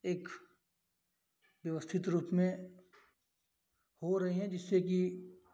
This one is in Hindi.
एक व्यवस्थित रूप में हो रही हैं जिससे कि